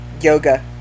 yoga